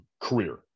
career